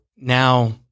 Now